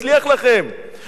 לא הצליח לכם.